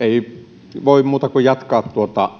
ei voi muuta kuin jatkaa tuota